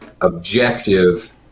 objective